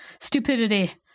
stupidity